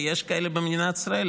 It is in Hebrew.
ויש כאלה במדינת ישראל,